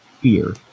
fear